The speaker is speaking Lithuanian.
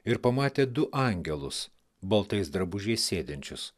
ir pamatė du angelus baltais drabužiais sėdinčius